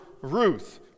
Ruth